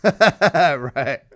right